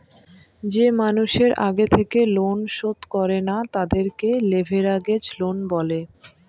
যে মানুষের আগে থেকে লোন শোধ করে না, তাদেরকে লেভেরাগেজ লোন বলে